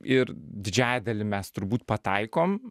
ir didžiąja dalim mes turbūt pataikom